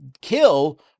kill